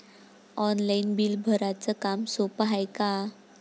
Online bill भराच काम सोपं हाय का?